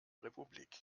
republik